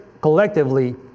collectively